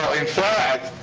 in fact,